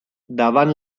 davant